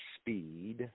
Speed